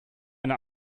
eine